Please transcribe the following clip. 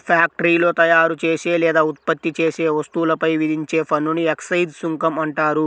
ఫ్యాక్టరీలో తయారుచేసే లేదా ఉత్పత్తి చేసే వస్తువులపై విధించే పన్నుని ఎక్సైజ్ సుంకం అంటారు